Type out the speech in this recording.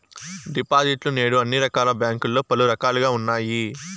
డిపాజిట్లు నేడు అన్ని రకాల బ్యాంకుల్లో పలు రకాలుగా ఉన్నాయి